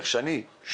כפי שאני שומע.